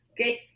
Okay